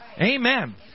Amen